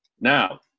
Now